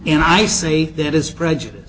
and i say that is prejudice